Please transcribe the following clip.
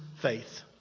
faith